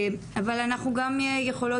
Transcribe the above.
אבל אנחנו גם יכולות,